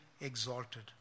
exalted